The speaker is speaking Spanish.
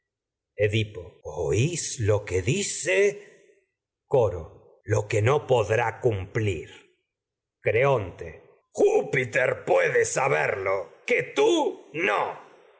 edipo oís lo que dice coro lo que no podrá cumplir creonte coro júpiter puede saberlo que tú no